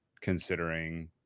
considering